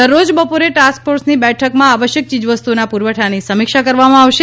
દરરોજ બપોરે ટાસ્કફોર્સની બેઠકમાં આવશ્યક ચીજવસ્તુઓના પુરવઠાની સમીક્ષા કરવામાં આવશે